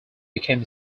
became